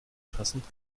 passend